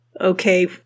Okay